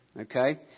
okay